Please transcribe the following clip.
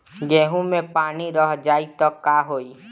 गेंहू मे पानी रह जाई त का होई?